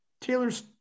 Taylor's